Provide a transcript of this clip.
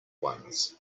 ones